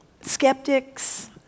skeptics